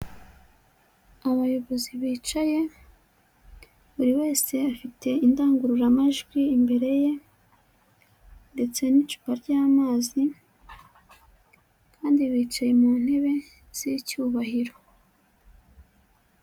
Abayobozi bicaye buri wese afite indangururamajwi imbere ye, ndetse n'icupa ry'amazi kandi bicaye mu ntebe z'icyubahiro.